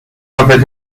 کافه